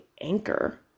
anchor